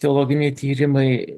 teologiniai tyrimai